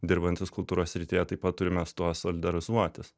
dirbantys kultūros srityje taip pat turime su tuo solidarizuotis